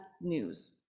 news